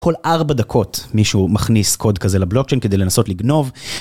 כל ארבע דקות מישהו מכניס קוד כזה לבלוקצ'יין כדי לנסות לגנוב.